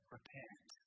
Repent